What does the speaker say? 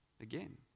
again